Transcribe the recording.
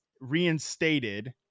reinstated